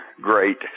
great